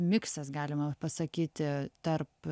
miksas galima pasakyti tarp